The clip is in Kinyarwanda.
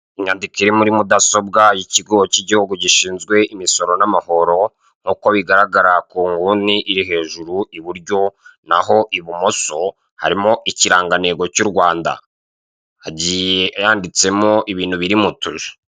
Inyandiko iri muri mudasobwa y'ikigo cy'igihugu gishinzwe imisoro n'amahoro nk'uko bigaragara ku nguni iri hejuru iburyo naho ibumoso harimo ikirangantego cy'u Rwanda, hagiye handitsemo ibintu biri mu tuzu.